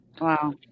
Wow